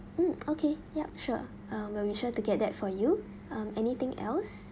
mm okay yup sure uh we'll be sure to get that for you um anything else